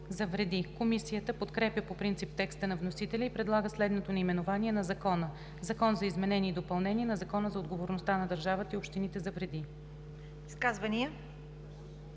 за вреди“.“ Комисията подкрепя по принцип текста на вносителя и предлага следното наименование на Закона: „Закон за изменение и допълнение на Закона за отговорността на държавата и общините за вреди“.